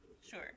Sure